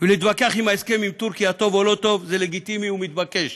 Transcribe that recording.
ולהתווכח אם ההסכם עם טורקיה טוב או לא טוב זה לגיטימי ומתבקש,